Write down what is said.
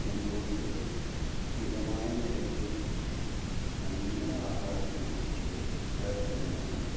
ജനങ്ങൾക്ക് മിതമായ നിരക്കിൽ നല്ല ആഹാരം ലഭിക്കുക തന്നെ വേണം